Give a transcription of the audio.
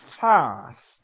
fast